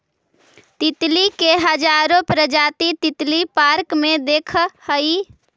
तितली के हजारो प्रजाति तितली पार्क में दिखऽ हइ